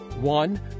One